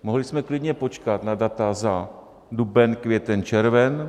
Mohli jsme klidně počkat na data za duben, květen, červen.